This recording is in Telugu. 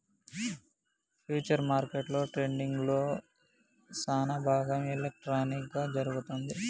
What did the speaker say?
ఫ్యూచర్స్ మార్కెట్లో ట్రేడింగ్లో సానాభాగం ఎలక్ట్రానిక్ గా జరుగుతుంది